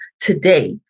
today